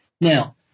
Now